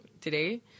today –